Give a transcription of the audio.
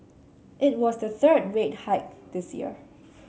it was the third rate hike this year